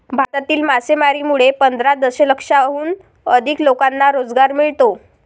भारतातील मासेमारीमुळे पंधरा दशलक्षाहून अधिक लोकांना रोजगार मिळतो